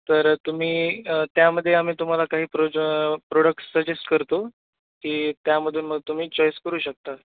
तर तुम्ही त्यामध्ये आम्ही तुम्हाला काही प्रोज प्रोडक्ट सजेस्ट करतो की त्यामधून मग तुम्ही चॉईस करू शकता